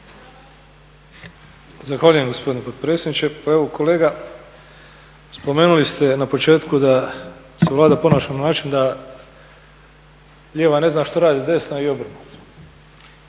Zahvaljujem gospodine potpredsjedniče. Pa evo kolega spomenuli ste na početku da se Vlada ponaša na način da lijeva ne zna što radi desna i obratno.